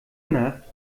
nacht